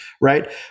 Right